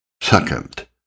Second